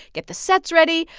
get the sets ready,